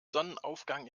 sonnenaufgang